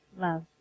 love